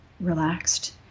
relaxed